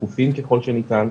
שקופים ככל שניתן,